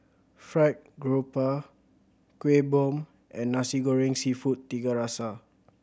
Fried Garoupa Kueh Bom and Nasi Goreng Seafood Tiga Rasa